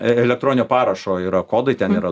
elektroninio parašo yra kodai ten yra